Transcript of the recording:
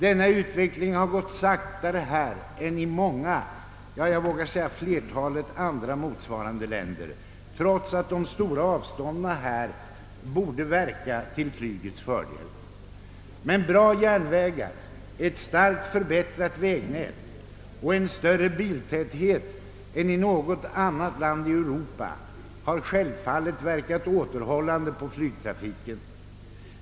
Denna utveckling har gått saktare här än i många, ja, jag vågar säga flertalet motsvarande länder, trots att de stora avstånden borde verka till flygets fördel. Men bra järnvägar, ett starkt förbättrat vägnät och en större biltäthet än i något annat land i Europa har självfallet verkat återhållande på flygtrafiken.